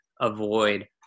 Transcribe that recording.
avoid